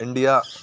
India